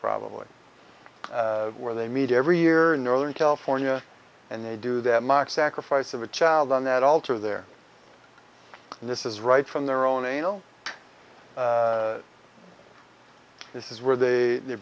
probably where they meet every year in northern california and they do that mock sacrifice of a child on that altar there and this is right from their own anal this is where they